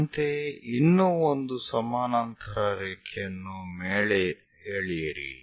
ಅಂತೆಯೇ ಇನ್ನೂ ಒಂದು ಸಮಾನಾಂತರ ರೇಖೆಯನ್ನು ಮೇಲೆ ಎಳೆಯಿರಿ